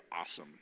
awesome